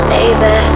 Baby